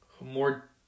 more